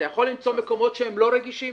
אתה יכול למצוא מקומות לא רגישים,